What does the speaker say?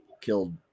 killed